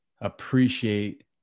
appreciate